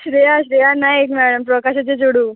Shreya Shreya Naik ma'am प्रकाशाचें चेडूं